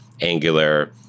Angular